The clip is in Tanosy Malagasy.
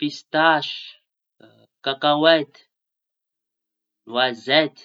I karaza voajom-bazaha haiko, tsy dia maro e! Pistasy, kakahoety, noaziety.